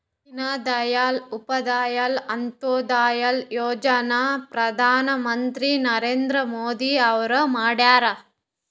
ದೀನ ದಯಾಳ್ ಉಪಾಧ್ಯಾಯ ಅಂತ್ಯೋದಯ ಯೋಜನಾ ಪ್ರಧಾನ್ ಮಂತ್ರಿ ನರೇಂದ್ರ ಮೋದಿ ಅವ್ರು ಮಾಡ್ಯಾರ್